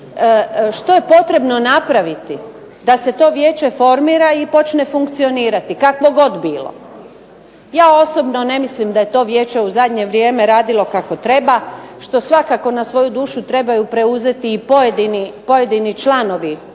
što je potrebno napraviti da se to Vijeće formira i počne funkcionirati, kakvo god bilo. Ja osobno ne mislim da je to vijeće u zadnje vrijeme radilo kako treba što svakako na svoju dušu trebaju preuzeti i pojedini članovi